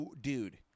dude